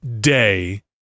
day